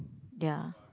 ya